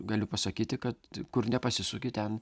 galiu pasakyti kad kur nepasisuki ten